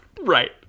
Right